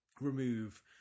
remove